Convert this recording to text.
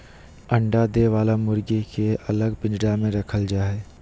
अंडा दे वली मुर्गी के अलग पिंजरा में रखल जा हई